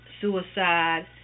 suicide